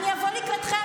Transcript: אבוא לקראתכם.